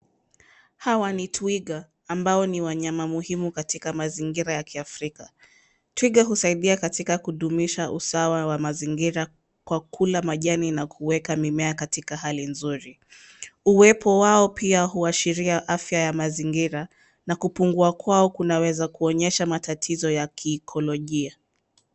Hawa ni twiga ambao ni wanyama muhimu katika mazingira ya kiafrika. Twiga husaidia katika kudumisha usawa wa mazingira kwa kula majani na kuweka mimea katika hali nzuri. Uwepo wao pia huashiria afya ya mazingira na kupungua kwao kunaweza kuonyesha matatizo ya kiekolojia.